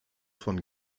von